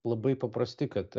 labai paprasti kad